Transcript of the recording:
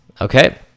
okay